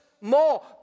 more